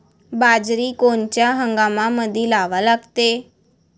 बाजरी कोनच्या हंगामामंदी लावा लागते?